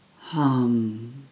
hum